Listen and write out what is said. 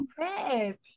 yes